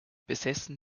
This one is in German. besessen